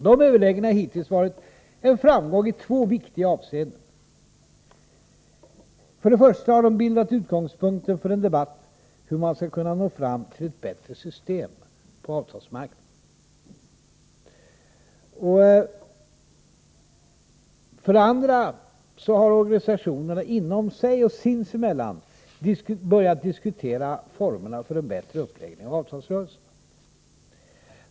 Dessa överläggningar har hittills varit en framgång i två viktiga avseenden. För det första har de bildat utgångspunkten för en debatt om hur man skall kunna nå fram till ett bättre system på avtalsmarknaden. För det andra har organisationerna inom sig och sinsemellan börjat diskutera formerna för en bättre uppläggning av avtalsrörelsen.